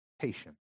patient